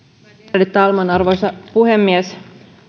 värderade talman arvoisa puhemies